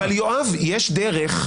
יואב, יש דרך.